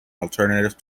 alternative